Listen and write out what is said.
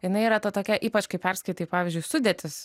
jinai yra ta tokia ypač kai perskaitai pavyzdžiui sudėtis